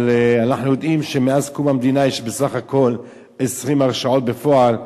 אבל אנחנו יודעים שמאז קום המדינה יש בסך הכול 20 הרשעות בפועל.